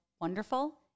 wonderful